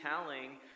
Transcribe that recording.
telling